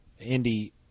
Indy